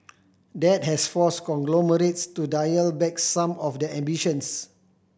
that has forced conglomerates to dial back some of their ambitions